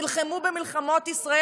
נלחמו במלחמות ישראל.